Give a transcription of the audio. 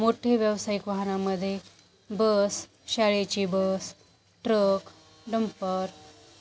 मोठे व्यावसायिक वाहनामध्ये बस शाळेची बस ट्रक डंपर